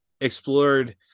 explored